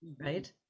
right